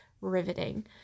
riveting